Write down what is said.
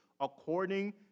according